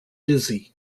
dizzy